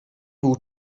byl